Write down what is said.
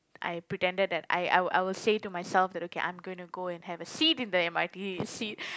I pretended that I I will I will say to myself that okay I'm going to go and have a seat in the M_R_T seat